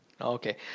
Okay